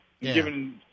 Given